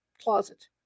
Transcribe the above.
closet